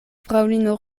fraŭlino